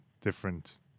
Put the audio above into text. different